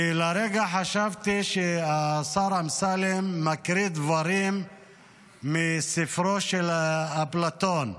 ולרגע חשבתי שהשר אמסלם מקריא דברים מספרו של אפלטון "המדינה",